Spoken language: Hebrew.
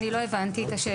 לא הבנתי את השאלה.